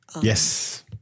yes